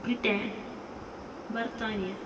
Britain برطانیا